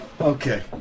Okay